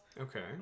Okay